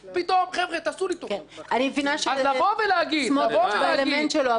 אני מבינה שסמוטריץ באלמנט שלו- -- מרב.